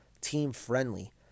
team-friendly